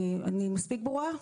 אני מספיק ברורה?